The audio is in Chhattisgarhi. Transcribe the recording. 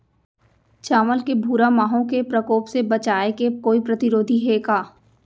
चांवल के भूरा माहो के प्रकोप से बचाये के कोई प्रतिरोधी हे का?